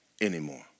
anymore